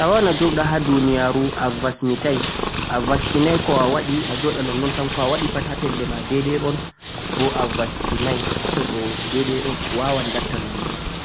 Awawan a joɗa ha duniyaru avasmitai, avastinai ko a waɗe pat.